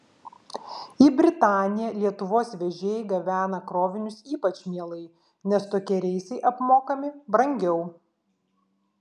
į britaniją lietuvos vežėjai gabena krovinius ypač mielai nes tokie reisai apmokami brangiau